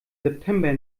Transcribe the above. september